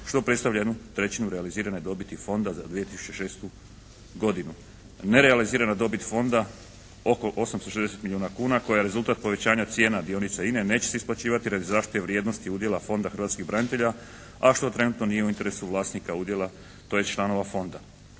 što predstavlja jednu trećinu realizirane dobiti Fonda za 2006. godinu. Nerealizirana dobit Fonda oko 860 milijuna kuna koja je rezultat povećanja cijena dionica Ine neće se isplaćivati radi zaštite vrijednosti udjela Fonda hrvatskih branitelja, a što trenutno nije u interesu vlasnika udjela tj. članova Fonda.